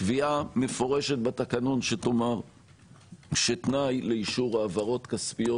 קביעה מפורשת בתקנון שתאמר שתנאי לאישור העברות כספיות